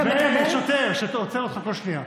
ויש שוטר שעוצר אותך כל שנייה.